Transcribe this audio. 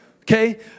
Okay